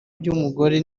by’umugore